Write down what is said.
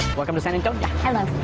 welcome to san antonio. hello.